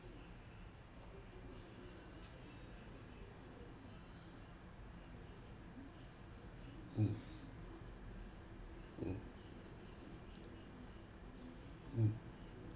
mm mm mm